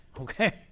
Okay